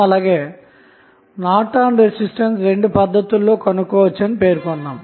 అలాగే Norton resistance 2 పద్దతులలో కనుగొనవచ్చని పేర్కొన్నాము